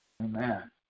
Amen